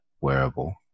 wearable